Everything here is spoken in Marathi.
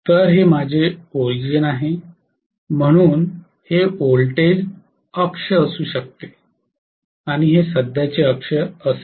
तर हे माझे ऑरिजिन आहे म्हणून हे व्होल्टेज अक्ष असू शकते आणि हे सध्याचे अक्ष असेल